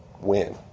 win